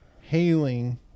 hailing